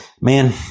man